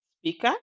speaker